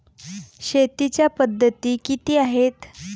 शेतीच्या पद्धती किती आहेत?